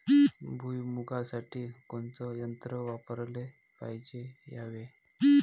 भुइमुगा साठी कोनचं तंत्र वापराले पायजे यावे?